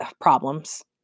problems